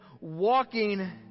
walking